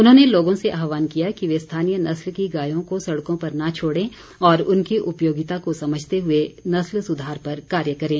उन्होंने लोगों से आह्वान किया कि वे स्थानीय नस्ल की गायों को सड़कों पर न छोड़ें और उनकी उपयोगिता को समझते हुए नस्ल सुधार पर कार्य करें